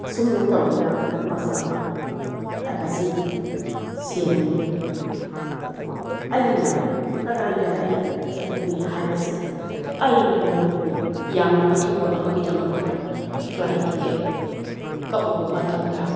ꯑꯁꯨꯝꯅ ꯇꯧꯗꯅ ꯕꯁ ꯑꯃ ꯍꯥꯏꯕꯁꯤ ꯁꯦꯝꯃꯦ ꯑꯗꯨꯒ ꯑꯩꯅ ꯀꯗꯥꯏ ꯀꯗꯥꯏ ꯆꯠꯂꯨꯒꯦ ꯍꯥꯏꯕꯁꯤ ꯑꯩꯅ ꯅꯣꯡꯃ ꯌꯥꯝꯅ ꯑꯊꯧꯕ ꯑꯃꯒꯤꯗꯃꯛꯇ ꯐ꯭ꯂꯥꯏꯠ ꯇꯤꯀꯦꯠ ꯀꯛꯂꯨꯕ ꯃꯇꯝꯗ